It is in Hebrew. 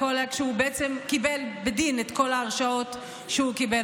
כשהוא בעצם קיבל בדין את כל ההרשעות שהוא קיבל,